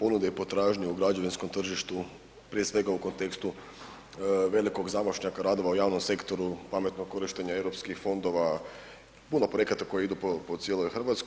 ponude i potražnje u građevinskom tržištu, prije svega u kontekstu velikog zamašnjaka radova u javnom sektoru, pametnog korištenja Europskih fondova, puno projekata koji idu po cijeloj Hrvatskoj.